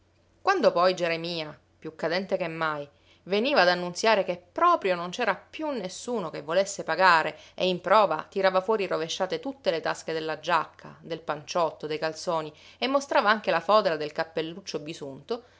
quando poi geremia più cadente che mai veniva ad annunziare che proprio non c'era più nessuno che volesse pagare e in prova tirava fuori rovesciate tutte le tasche della giacca del panciotto dei calzoni e mostrava anche la fodera del cappelluccio bisunto